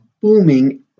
booming